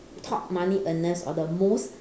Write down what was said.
top money earners or the most